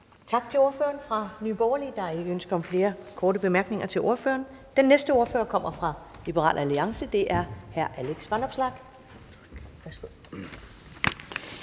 Tak til ordføreren for Nye Borgerlige. Der er ikke ønske om flere korte bemærkninger til ordføreren. Den næste ordfører kommer fra Liberal Alliance, og det er hr. Alex Vanopslagh.